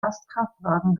lastkraftwagen